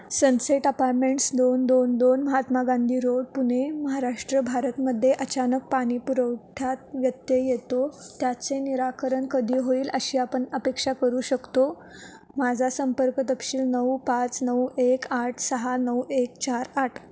sunset apartments दोन दोन दोन महात्मा गांधी रोड पुणे महाराष्ट्र भारतमध्ये अचानक पाणी पुरवठ्यात व्यत्यय येतो त्याचे निराकरण कधी होईल अशी आपण अपेक्षा करू शकतो माझा संपर्क तपशील नऊ पाच नऊ एक आठ सहा नऊ एक चार आठ